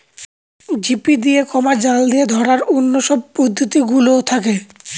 ঝিপি দিয়ে, জাল দিয়ে ধরার অন্য সব পদ্ধতি গুলোও থাকে